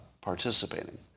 participating